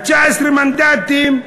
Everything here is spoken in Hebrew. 19 מנדטים.